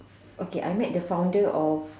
okay I met the founder of